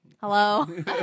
hello